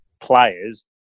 players